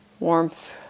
Warmth